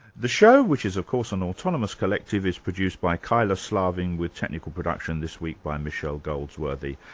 the show, which is of course an autonomous collective, is produced by kyla slaven with technical production this week by michelle goldsworthy.